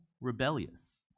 rebellious